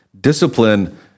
discipline